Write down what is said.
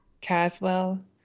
Caswell